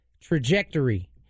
trajectory